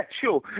sure